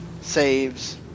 saves